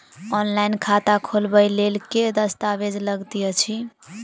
Online खाता खोलबय लेल केँ दस्तावेज लागति अछि?